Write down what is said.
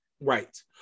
right